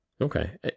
Okay